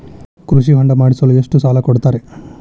ಕೃಷಿ ಹೊಂಡ ಮಾಡಿಸಲು ಎಷ್ಟು ಸಾಲ ಕೊಡ್ತಾರೆ?